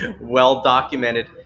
well-documented